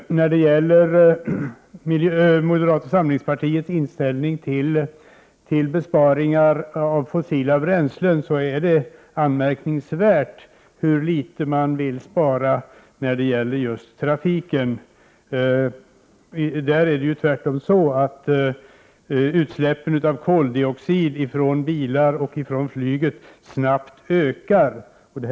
När det gäller moderata samlingspartiets inställning till besparingar av fossila bränslen är det anmärkningsvärt hur litet moderata samlingspartiet vill spara beträffande just trafiken. Utsläppen av koldioxid från. bilarna och flyget ökar ju snabbt.